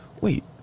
Wait